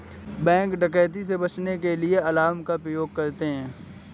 bank डकैती से बचने के लिए अलार्म का प्रयोग करते है